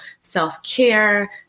self-care